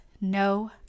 no